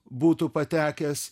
būtų patekęs